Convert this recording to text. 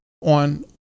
on